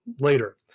later